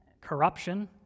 Corruption